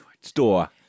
store